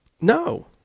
No